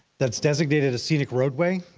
that's designated a scenic roadway,